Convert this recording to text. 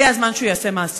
הגיע הזמן שהוא יעשה מעשה.